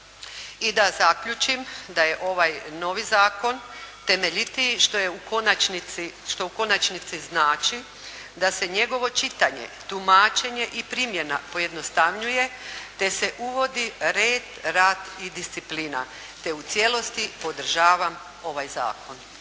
I da zaključim da je ovaj novi zakon temeljitiji što je u konačnici, što u konačnici znači da se njegovo čitanje, tumačenje i primjena pojednostavnjuje te se uvodi red, rad i disciplina te u cijelosti podržavam ovaj zakon.